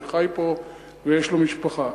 חי פה ויש לו משפחה.